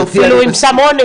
או אפילו עם סם אונס,